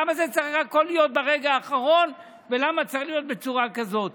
למה הכול צריך להיות ברגע האחרון ולמה צריך להיות בצורה כזאת?